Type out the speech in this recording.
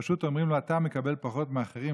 פשוט אומרים לו: אתה מקבל פחות מאחרים.